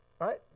right